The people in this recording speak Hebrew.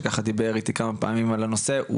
שדיבר איתי כמה פעמים על הנושא.